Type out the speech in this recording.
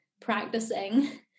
practicing